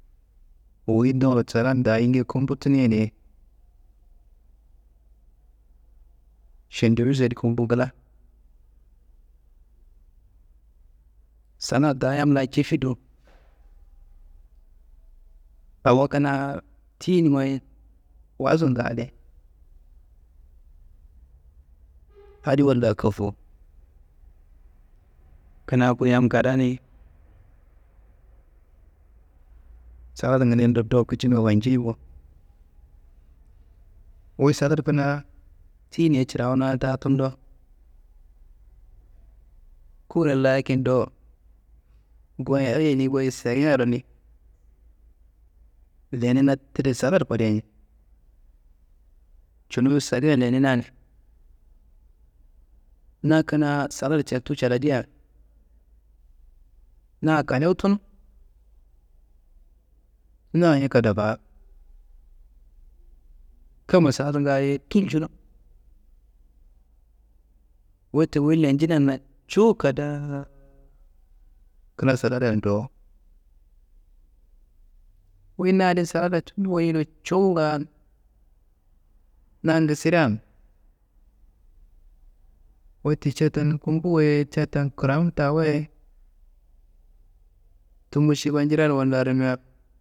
Wuyi dowo saladda ayinge kumbu tunuyedi. Šendiwiš adi kumbu ngila, saladda yam laa jefi dowo, awo kina tiyinumayi wassun dange. Adi woli laa koffu kina ku yam kadani, salad kinendo dowo kicingu fanjeyi bowo, wuyi salad kina tiyiniayi cirawuna ta tundo, kuren laa akido goyo ayeni goyi segaryini lenina tide salad kude, cunuwu sayigayir leniyinana. Na kina salad cetuwu caladiya na kalewu tunu, naye kadafaa kama salungayi kinjinu wette wuyi lenjinnayi cuwu kadaa kina salado do wuyi nadin salad tumiwayiro cuwu nga nangu sidan, wette ca taa kumbu wayi ca taa kiram taa wayi tumu šuwa njiral wola rimia.